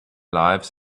lives